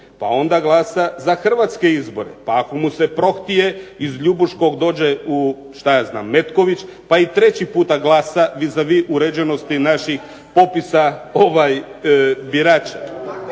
pa onda glasa za hrvatske izbore, pa ako mu se prohtije iz Ljubuškog dođe u Metković pa i treći puta glasa vis a vis radi uređenosti naših popisa birača.